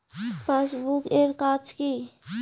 Passbook এর কাজ কি?